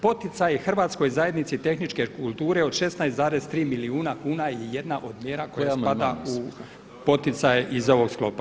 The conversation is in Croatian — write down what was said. Poticaj Hrvatskoj zajednici tehničke kulture od 16,3 milijuna kuna je jedna od mjera koja spada u poticaje iz ovog sklopa.